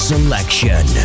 Selection